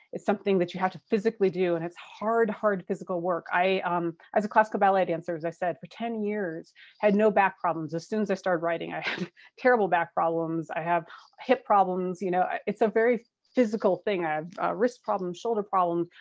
it's something that you have to physically do and it's hard, hard physical work. i um as a classical ballet dancer, as i said, for ten years had no back problems. as soon as i started writing, i had terrible back problems. i have hip problems, you know, it's a very physical thing. i have wrist problems, shoulder problems.